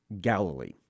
Galilee